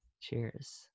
Cheers